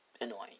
annoying